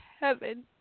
heaven